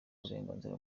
uburenganzira